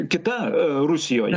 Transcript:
kita rusijoj